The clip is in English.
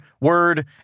word